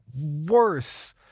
worse